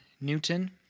Newton